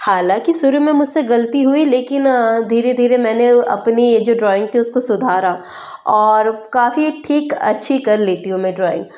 हालाँकि शुरु में मुझसे गलती हुई लेकिन धीरे धीरे मैंने वो अपनी ये जो ड्रॉइंग थी उसको सुधारा और काफ़ी एक ठीक अच्छी कर लेती हूँ मैं ड्रॉइंग